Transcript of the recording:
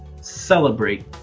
celebrate